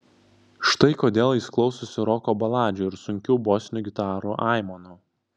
štai kodėl jis klausosi roko baladžių ir sunkių bosinių gitarų aimanų